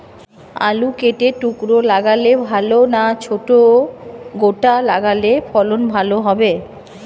আলু কেটে টুকরো লাগালে ভাল না ছোট গোটা লাগালে ফলন ভালো হবে?